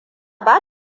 ba